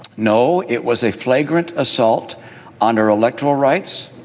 no. it was a flagrant assault on our electoral rights,